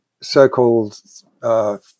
so-called